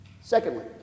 Secondly